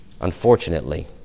unfortunately